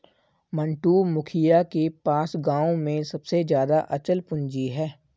मंटू, मुखिया के पास गांव में सबसे ज्यादा अचल पूंजी है